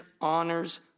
honors